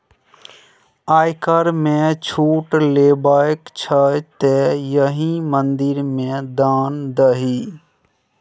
आयकर मे छूट लेबाक छौ तँ एहि मंदिर मे दान दही